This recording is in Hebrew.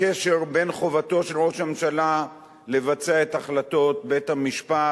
לקשר בין חובתו של ראש הממשלה לבצע את החלטות בית-המשפט